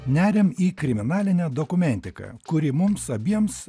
neriam į kriminalinę dokumentiką kuri mums abiems